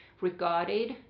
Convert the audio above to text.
regarded